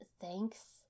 Thanks